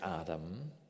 Adam